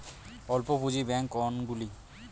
অল্প পুঁজি ব্যাঙ্ক কোনগুলি?